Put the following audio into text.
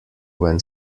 when